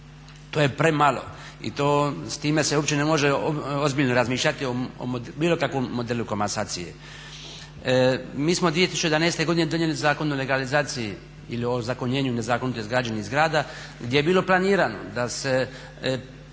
To je premalo i s time se uopće ne može ozbiljno razmišljati o bilo kakvom modelu komasacije. Mi smo 2011.godine donijeli Zakon o legalizaciji ili o ozakonjenju nezakonito izgrađenih zgrada gdje je bilo planirano da se polovina